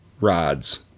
rods